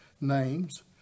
names